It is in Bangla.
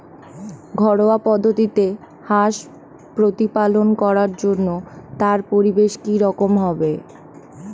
ঘরোয়া পদ্ধতিতে হাঁস প্রতিপালন করার জন্য তার পরিবেশ কী রকম হবে?